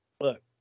look